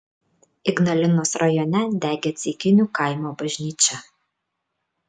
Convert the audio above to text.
ignalinos rajone degė ceikinių kaimo bažnyčia